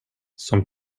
som